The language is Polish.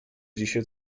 dzisiaj